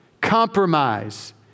compromise